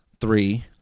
three